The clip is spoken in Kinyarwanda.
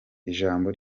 ijambo